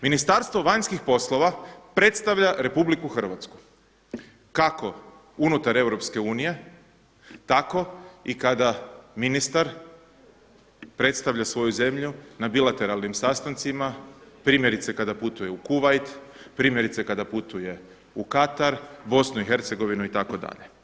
Ministarstvo vanjskih poslova predstavlja Republiku Hrvatsku kako unutar EU, tako i kada ministar predstavlja svoju zemlju na bilateralnim sastancima primjerice kada putuje u Kuvajt, primjerice kada putuje u Katar, Bosnu i Hercegovinu itd.